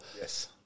Yes